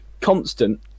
constant